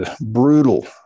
brutal